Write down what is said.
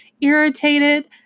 irritated